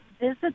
visit